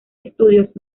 estudios